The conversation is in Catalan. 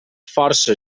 força